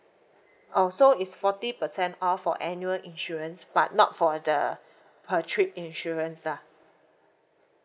oh so it's forty percent off for annual insurance but not for the per trip insurance lah